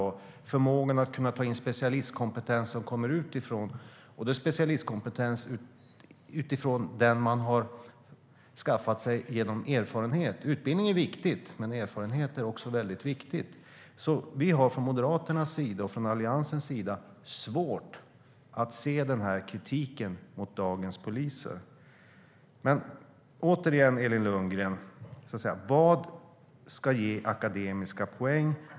Det handlar också om förmågan att ta in specialistkompetens som kommer utifrån - den man har skaffat sig genom erfarenhet. Utbildning är viktigt, men erfarenhet är också viktigt. Vi har från Moderaternas och Alliansens sida svårt att se denna kritik mot dagens poliser. Återigen, Elin Lundgren: Vad ska ge akademiska poäng?